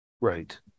right